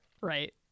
right